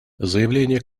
заявление